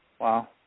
Wow